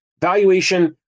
valuation